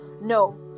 No